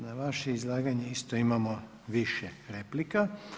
Na vaše izlaganje isto imamo više replika.